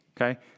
okay